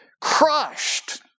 crushed